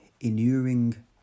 inuring